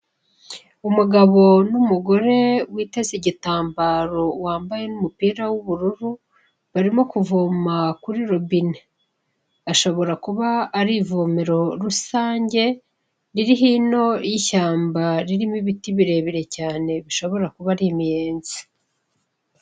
Umugabo n'umugore witeze igitambaro wambaye n'umupira w'ubururu barimo kuvoma kuri robine, ashobora kuba ari ivomero rusange riri hino y'ishyamba ririmo ibiti birebire cyane bishobora kuba ari imiyenzi.